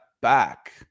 back